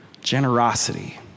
Generosity